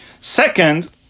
Second